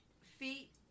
feet